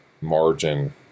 margin